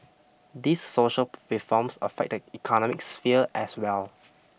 these social reforms affect the economic sphere as well